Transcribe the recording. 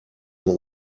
nur